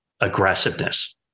aggressiveness